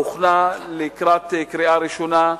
הוכנה לקראת קריאה ראשונה,